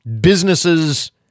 businesses